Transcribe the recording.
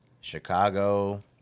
Chicago